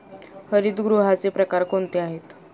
हरितगृहाचे प्रकार कोणते आहेत?